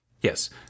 yes